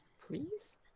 Please